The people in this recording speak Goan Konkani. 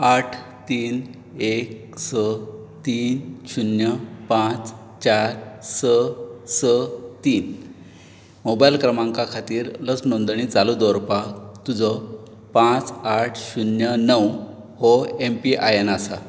आठ तीन एक स तीन शुन्य पांच चार स स तीन मोबायल क्रमांका खातीर लस नोंदणी चालू दवरपाक तुजो पांच आठ शुन्य णव हो एमपीआयएन आसा